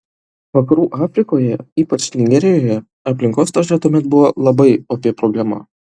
vakarų afrikoje ypač nigerijoje aplinkos tarša tuomet buvo labai opi problema